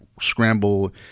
scramble